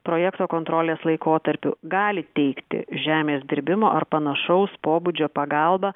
projekto kontrolės laikotarpiu gali teikti žemės dirbimo ar panašaus pobūdžio pagalbą